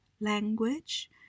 language